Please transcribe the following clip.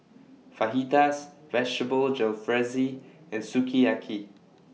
Fajitas Vegetable Jalfrezi and Sukiyaki